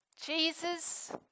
Jesus